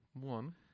One